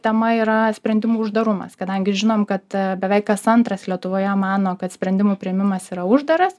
tema yra sprendimų uždarumas kadangi žinom kad beveik kas antras lietuvoje mano kad sprendimų priėmimas yra uždaras